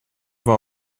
war